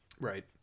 Right